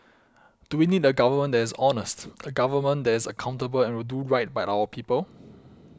do we need a government that is honest a government that is accountable and will do right by our people